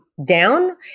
down